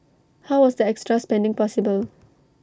how was the extra spending possible